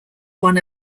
one